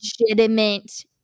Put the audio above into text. legitimate